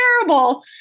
terrible